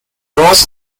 ross